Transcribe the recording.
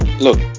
look